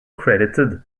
credited